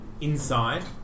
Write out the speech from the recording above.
inside